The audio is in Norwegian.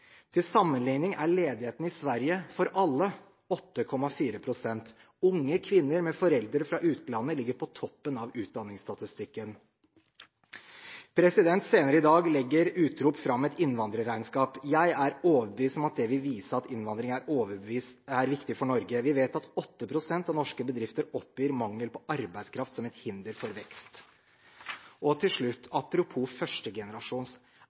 Til sammenligning er ledigheten i Sverige – for alle – 8,4 pst. Unge kvinner med foreldre fra utlandet ligger på toppen av utdanningsstatistikken. Senere i dag legger Utrop fram et innvandrerregnskap. Jeg er overbevist om at det vil vise at innvandring er viktig for Norge. Vi vet av 8 pst. av norske bedrifter oppgir mangel på arbeidskraft som et hinder for vekst. Til slutt – apropos førstegenerasjons